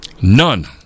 none